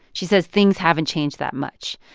she says things haven't changed that much.